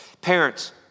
Parents